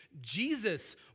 Jesus